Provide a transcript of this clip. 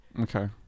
Okay